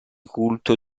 culto